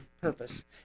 purpose